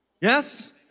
Yes